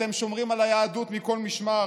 אתם שומרים על היהדות מכל משמר,